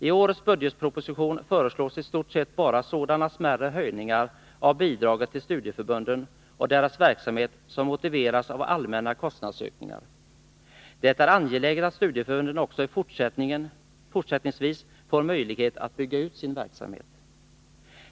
I årets budgetproposition föreslås i stort sett bara sådana smärre höjningar av bidraget till studieförbunden och deras verksamhet som motiveras av allmänna kostnadsökningar. Det är angeläget att studieförbunden också fortsättningsvis får möjlighet att bygga ut sin verksamhet.